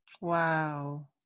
Wow